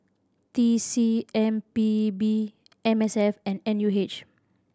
T C M P B M S F and N U H